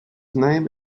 name